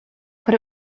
put